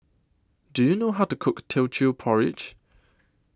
Do YOU know How to Cook Teochew Porridge